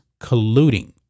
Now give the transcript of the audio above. colluding